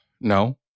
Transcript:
No